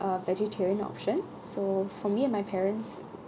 a vegetarian option so for me and my parents